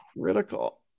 Critical